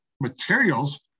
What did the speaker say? materials